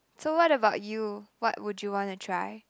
so what about you what would you wanna try